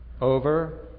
over